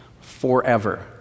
forever